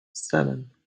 seven